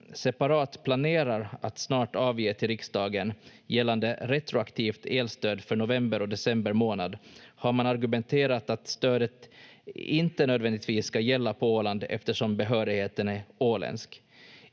separat planerar att snart avge till riksdagen gällande retroaktivt elstöd för november och december månad har man argumenterat att stödet inte nödvändigtvis ska gälla på Åland eftersom behörigheten är åländsk.